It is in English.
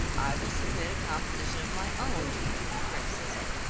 i will submit a composition of my own to you for criticism.